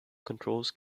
controls